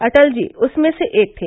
अटल जी उसमे से एक थे